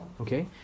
okay